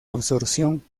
absorción